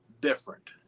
different